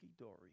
dory